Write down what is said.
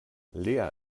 lea